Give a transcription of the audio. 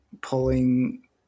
pulling